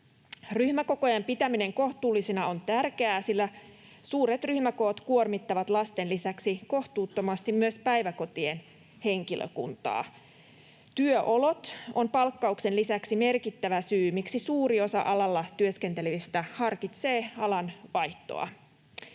Ryhmäkokojen pitäminen kohtuullisina on tärkeää, sillä suuret ryhmäkoot kuormittavat lasten lisäksi kohtuuttomasti myös päiväkotien henkilökuntaa. Työolot ovat palkkauksen lisäksi merkittävä syy, miksi suuri osa alalla työskentelevistä harkitsee alan vaihtoa.